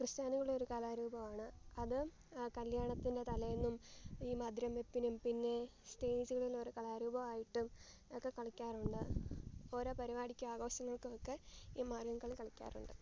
ക്രിസ്ത്യാനികളുടെ ഒരു കലാരൂപമാണ് അത് കല്യാണത്തിൻ്റെ തലേന്നും ഈ മധുരം വെപ്പിനും പിന്നെ സ്റ്റേജുകളിൽ ഓരോ കലാരൂപം ആയിട്ടും ഒക്കെ കളിക്കാറുണ്ട് ഓരോ പരിപാടിക്കും ആഘോഷങ്ങൾക്കുമൊക്കെ ഈ മാർഗ്ഗം കളി കളിക്കാറുണ്ട്